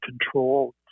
control